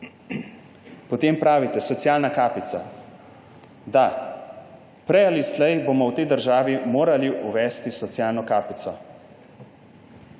Potem pravite, socialna kapica. Da. Prej ali slej bomo v tej državi morali uvesti socialno kapico,